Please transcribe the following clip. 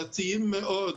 דתיים מאוד,